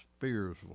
Spearsville